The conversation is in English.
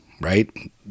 right